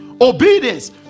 obedience